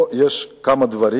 פה יש כמה דברים.